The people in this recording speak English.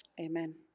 Amen